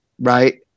right